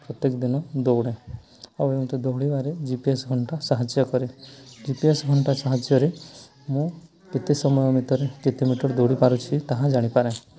ପ୍ରତ୍ୟେକ ଦିନ ଦୌଡ଼େ ଆଉ ଏମିତି ଦୌଡ଼ିବାରେ ଜି ପି ଏସ୍ ଘଣ୍ଟା ସାହାଯ୍ୟ କରେ ଜି ପି ଏସ୍ ଘଣ୍ଟା ସାହାଯ୍ୟରେ ମୁଁ କେତେ ସମୟ ଭିତରେ କେତେ ମିଟର ଦୌଡ଼ି ପାରୁଛି ତାହା ଜାଣିପାରେ